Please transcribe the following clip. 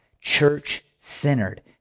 church-centered